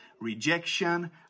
rejection